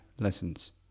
lessons